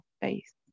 face